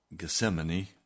Gethsemane